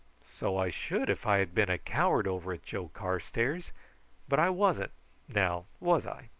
so i should if i had been a coward over it, joe carstairs but i wasn't now was i?